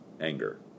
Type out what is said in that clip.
anger